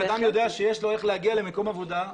אם אדם יודע שיש לו איך להגיע למקום עבודה,